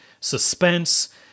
suspense